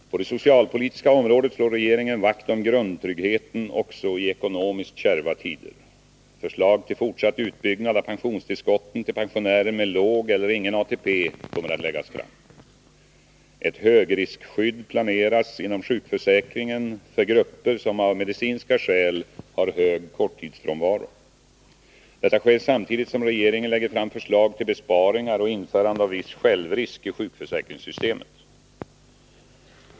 På det socialpolitiska området slår regeringen vakt om grundtryggheten också i ekonomiskt kärva tider. Förslag till fortsatt utbyggnad av pensionstillskotten till pensionärer med låg eller ingen ATP kommer att läggas fram. Ett högriskskydd planeras inom sjukförsäkringen för grupper som av medicinska skäl har hög korttidsfrånvaro. Detta sker samtidigt som regeringen lägger fram förslag till besparingar och införande av viss självrisk i sjukförsäkringssystemet.